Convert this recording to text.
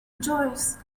joyous